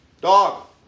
Dog